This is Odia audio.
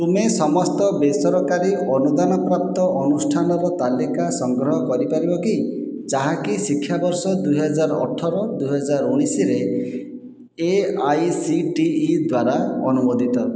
ତୁମେ ସମସ୍ତ ବେସରକାରୀ ଅନୁଦାନ ପ୍ରାପ୍ତ ଅନୁଷ୍ଠାନର ତାଲିକା ସଂଗ୍ରହ କରିପାରିବ କି ଯାହାକି ଶିକ୍ଷାବର୍ଷ ଦୁଇ ହଜାର ଅଠର ଦୁଇ ହଜାର ଉଣେଇଶ ରେ A I C T E ଦ୍ୱାରା ଅନୁମୋଦିତ